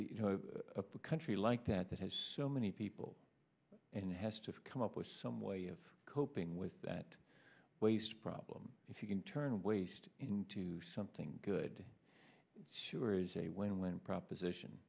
you know a country like that that has so many people and has to come up with some way of coping with that waste problem if you can turn waste into something good sure is a win win proposition